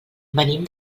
venim